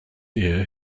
year